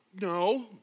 No